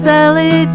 Sally